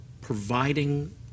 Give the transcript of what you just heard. providing